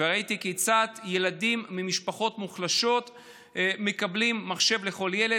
וראיתי כיצד ילדים ממשפחות מוחלשות מקבלים מחשב לכל ילד.